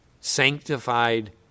sanctified